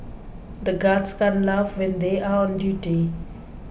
the guards can't laugh when they are on duty